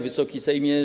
Wysoki Sejmie!